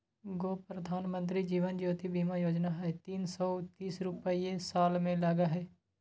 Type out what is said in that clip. गो प्रधानमंत्री जीवन ज्योति बीमा योजना है तीन सौ तीस रुपए साल में लगहई?